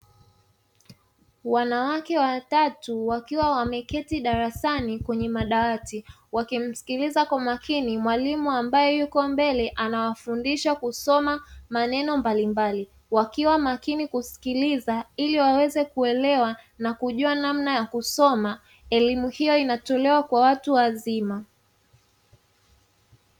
Wanawake watatu wakiwa wameketi darasani kwenye madawati wakimsikiliza kwa makini mwalimu ambaye yupo mbele, anayewafundisha kusoma maneno mbalimbali wakiwa makini kumsikiliza ili waweze kuelewa na kujua namna ya kusoma, elimu hiyo inatolewa kwa watu wazima.